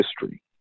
history